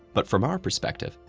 but from our perspective,